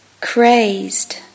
Crazed